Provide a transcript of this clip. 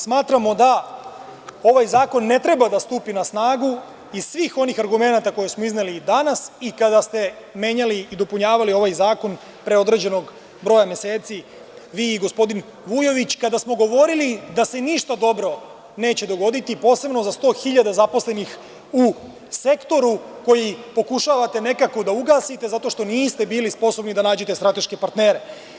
Smatramo da ovaj zakon ne treba da stupi na snagu, iz svih argumenata koje smo izneli danas i kada ste menjali i dopunjavali ovaj zakon pre određenog broja meseci, vi i gospodin Vujović, kada smo govorili da se ništa dobro neće dogoditi, posebno za 100.000 zaposlenih u sektoru koji pokušavate nekako da ugasite, zato što niste bili sposobni da nađete strateške partnere.